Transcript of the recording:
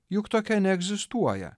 juk tokia neegzistuoja